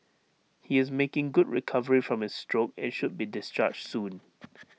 he is making good recovery from his stroke and should be discharged soon